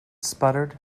sputtered